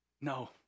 No